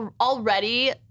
already